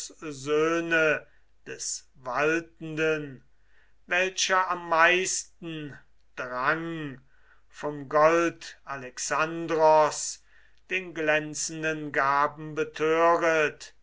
des waltenden welcher am meisten drang vom gold alexandros den glänzenden gaben betöret